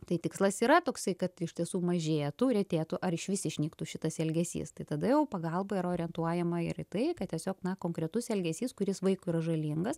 tai tikslas yra toksai kad iš tiesų mažėja tų retėtų ar išvis išnyktų šitas elgesys tai tada jau pagalba yra orientuojama irį tai kad tiesiog na konkretus elgesys kuris vaikui yra žalingas